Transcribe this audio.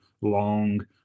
long